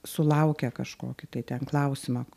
sulaukę kažkokį tai ten klausimą